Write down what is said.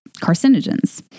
carcinogens